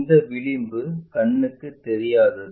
இந்த விளிம்பு கண்ணுக்கு தெரியாதது